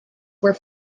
were